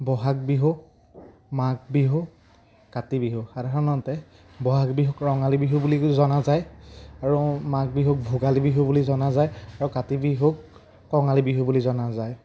ব'হাগ বিহু মাঘ বিহু কাতি বিহু সাধাৰণতে বহাগ বিহুক ৰঙালী বিহু বুলি জনা যায় আৰু মাঘ বিহুক ভোগালী বিহু বুলি জনা যায় আৰু কাতি বিহুক কঙালী বিহু বুলি জনা যায়